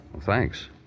Thanks